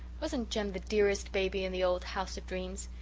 wasn't jem the dearest baby in the old house of dreams?